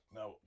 Now